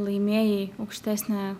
laimėjai aukštesnę